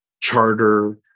Charter